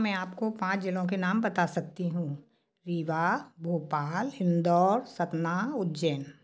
मैं आपको पाँच ज़िलों के नाम बता सकती हूँ रिवा भोपाल इंदौर सतना उज्जैन